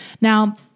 Now